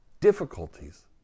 difficulties